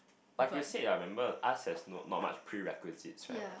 like I said remember Arts has no not much pre requisite right